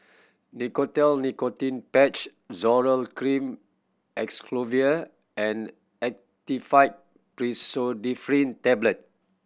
Nicotinell Nicotine Patch Zoral Cream Acyclovir and Actifed Pseudoephedrine Tablet